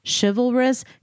chivalrous